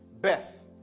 Beth